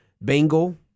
Bengal